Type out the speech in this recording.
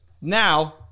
Now